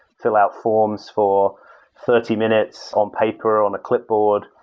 fill out forms for thirty minutes on paper or on a clipboard,